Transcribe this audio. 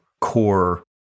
core